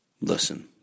listen